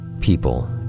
people